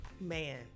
man